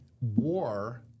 war